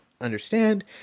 understand